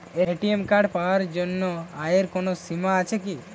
ATM card পাওয়ার জন্য আয়ের কোনো সীমা আছে কি?